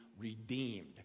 redeemed